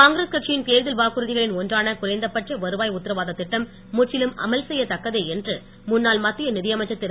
காங்கிரஸ் கட்சியின் தேர்தல் வாக்குறுதிகளின் ஒன்றான குறைந்தபட்ச வருவாய் உத்தரவாத திட்டம் முற்றிலும் அமல்செய்ய தக்கதே என்று முன்னாள் மத்திய நிதியமைச்சர் திரு